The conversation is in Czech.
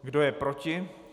Kdo je proti?